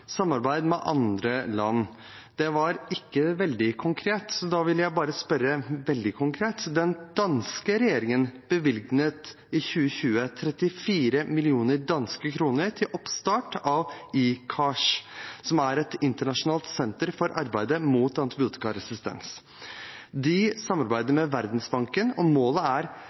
samarbeid med andre land. Det var ikke veldig konkret. Da vil jeg bare spørre veldig konkret: Den danske regjeringen bevilget i 2020 34 mill. danske kroner til oppstart av ICARS, som er et internasjonalt senter for arbeidet mot antibiotikaresistens. De samarbeider med Verdensbanken, og målet er